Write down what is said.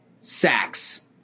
sacks